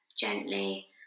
gently